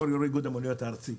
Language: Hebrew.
איגוד המוניות הארצי.